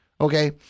okay